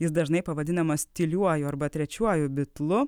jis dažnai pavadinamas tyliuoju arba trečiuoju bitlu